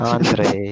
Andre